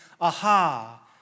Aha